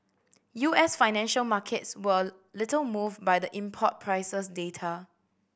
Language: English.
U S financial markets were little moved by the import prices data